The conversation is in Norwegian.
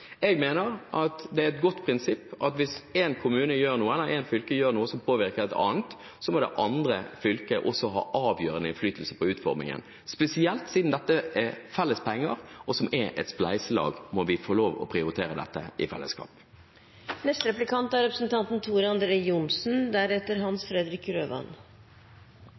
mener at det er et godt prinsipp at hvis et fylke gjør noe som påvirker et annet, må det andre fylket også ha avgjørende innflytelse på utformingen. Spesielt siden dette er felles penger og er et spleiselag, må vi få lov til å prioritere dette i fellesskap.